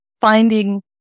finding